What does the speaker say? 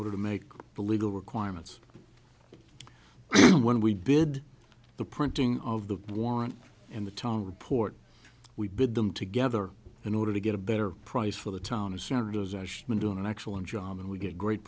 order to make the legal requirements when we did the printing of the warrant in the time report we bid them together in order to get a better price for the town of senators as she'd been doing an excellent job and we get great